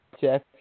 Jeff